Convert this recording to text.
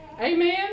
Amen